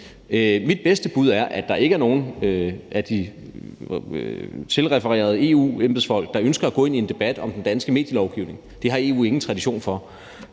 Mit bedste bud er, at der ikke er nogen af de refererede EU-embedsfolk, der ønsker at gå ind i en debat om den danske medielovgivning. Det har EU ingen tradition for.